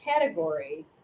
category